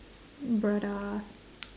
brothers